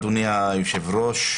אדוני היושב-ראש,